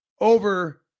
over